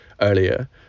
earlier